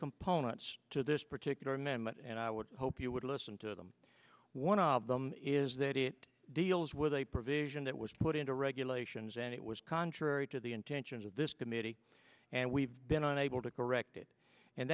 components to this particular amendment and i would hope you would listen to them one of them is that it deals with a provision that was put into regulations and it was contrary to the intentions of this committee and we've been unable to correct it and